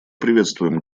приветствуем